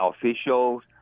officials